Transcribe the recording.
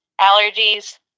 allergies